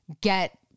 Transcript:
Get